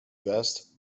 vest